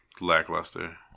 lackluster